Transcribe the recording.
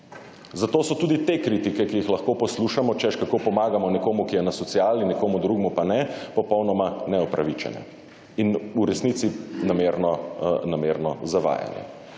Zato so tudi te kritike, ki jih lahko poslušamo češ kako pomagamo nekomu, ki je na sociali, nekomu drugemu pa ne, popolnoma neupravičene in v resnici namerno zavajanje.